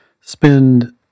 spend